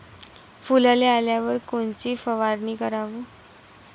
फुलाले आल्यावर कोनची फवारनी कराव?